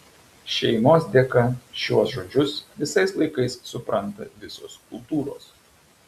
šeimos dėka šiuo žodžius visais laikais supranta visos kultūros